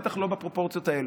בטח לא בפרופורציות האלה,